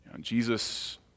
Jesus